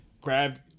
grab